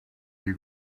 you